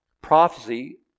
prophecy